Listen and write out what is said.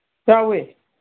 ꯌꯥꯎꯋꯦ